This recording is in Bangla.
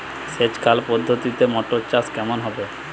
সেচ খাল পদ্ধতিতে মটর চাষ কেমন হবে?